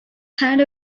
had